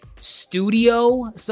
Studio